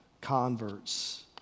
converts